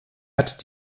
hat